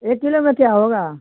एक किलो में क्या होगा